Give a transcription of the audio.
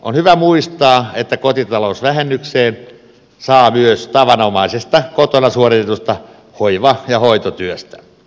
on hyvä muistaa että kotitalousvähennyksen saa myös tavanomaisesta kotona suoritetusta hoiva ja hoitotyöstä